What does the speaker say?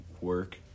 work